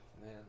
man